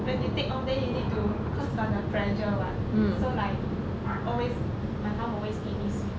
when you take off then you need to cause got the pressure [what] so like always my mum always give me sweet